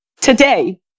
Today